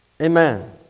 Amen